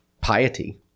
piety